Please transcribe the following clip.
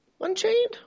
Unchained